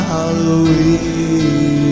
Halloween